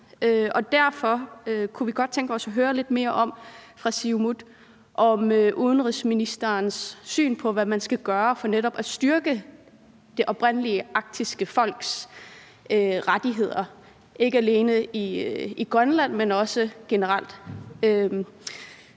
Derfor kunne vi i Siumut godt tænke os at høre lidt mere om udenrigsministerens syn på, hvad man skal gøre for netop at styrke det oprindelige arktiske folks rettigheder – ikke alene i Grønland, men også generelt.